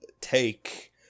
take